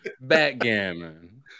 backgammon